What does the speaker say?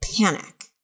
panic